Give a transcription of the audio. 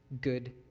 good